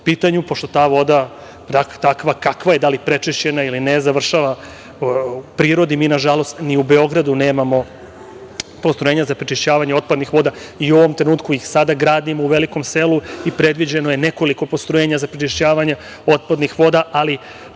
pošto ta voda, takva kakva je, da li prečišćena ili ne, završava u prirodi. Mi, nažalost, ni u Beogradu nemamo postrojenja za prečišćavanje otpadnih voda i u ovom trenutku ih sada gradimo u Velikom Selu i predviđeno je nekoliko postrojenja za prečišćavanje otpadnih voda. Ali